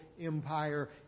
empire